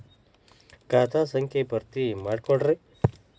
ಖಾತಾ ಸಂಖ್ಯಾ ಭರ್ತಿ ಮಾಡಿಕೊಡ್ರಿ